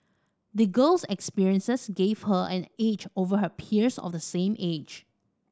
the girl's experiences gave her an edge over her peers of the same age